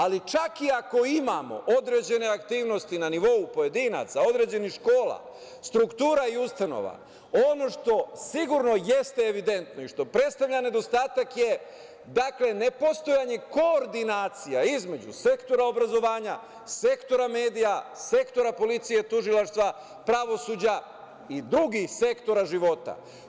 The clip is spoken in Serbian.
Ali, čak i ako imamo određene aktivnosti na nivou pojedinaca, određenih škola, struktura i ustanova, ono što sigurno jeste evidentno i što predstavlja nedostatak je nepostojanje koordinacija između sektora obrazovanja, sektora medija, sektora policije, tužilaštva, pravosuđa i drugih sektora života.